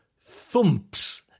thumps